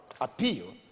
appeal